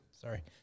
sorry